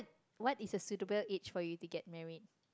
what is a suitable age for you to get married